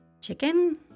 Chicken